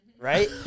Right